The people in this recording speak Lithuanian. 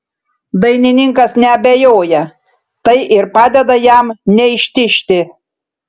dainininkas neabejoja tai ir padeda jam neištižti